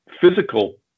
physical